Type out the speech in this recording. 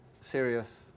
serious